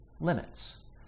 limits